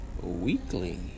weekly